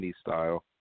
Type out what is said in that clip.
style